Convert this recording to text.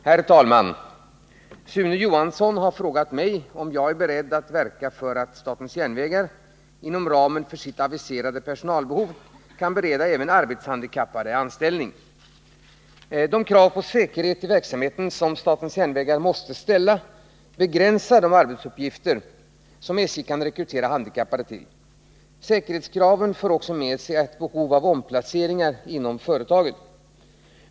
Herr talman! Sune Johansson har frågat mig om jag är beredd att verka för att SJ inom ramen för sitt aviserade personalbehov kan bereda även arbetshandikappade anställning. De krav på säkerhet i verksamheten som SJ måste ställa begränsar de arbetsuppgifter som SJ kan rekrytera handikappade till. Säkerhetskraven för också med sig ett behov av omplaceringar inom företaget.